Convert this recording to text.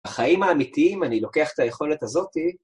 החיים האמיתיים, אני לוקח את היכולת הזאתי.